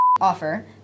offer